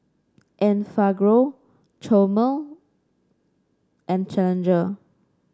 Enfagrow Chomel and Challenger